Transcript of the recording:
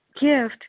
gift